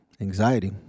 anxiety